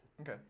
Okay